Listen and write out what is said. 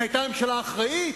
זו היתה ממשלה אחראית.